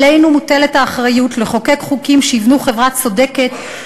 עלינו מוטלת האחריות לחוקק חוקים שיבנו חברה צודקת,